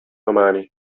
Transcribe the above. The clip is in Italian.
domani